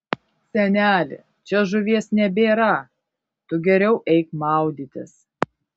seneli čia žuvies nebėra tu geriau eik maudytis